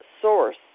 source